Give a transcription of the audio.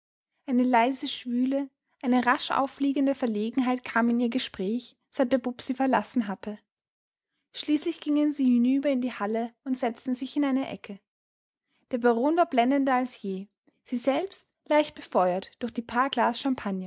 eine leise schwüle eine rasch auffliegende verlegenheit kam in ihr gespräch seit der bub sie verlassen hatte schließlich gingen sie hinüber in die hall und setzten sich in eine ecke der baron war blendender als je sie selbst leicht befeuert durch die paar glas champagner